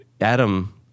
Adam